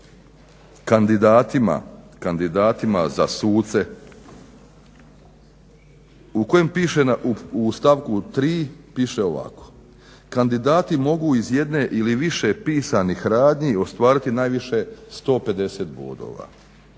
kandidatima za suce u kojem piše u stavku 3. piše ovako: "Kandidati mogu iz jedne ili više pisanih radnji ostvariti najviše 150 bodova,